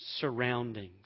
surroundings